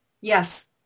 Yes